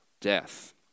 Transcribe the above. death